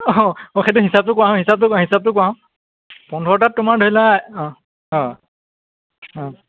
অঁ অঁ সেইটো হিচাপটো কৰা হিচাপটো হিচাপটো কৰা পোন্ধৰটাত তোমাৰ ধৰি লোৱা অঁ অঁ অঁ